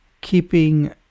keeping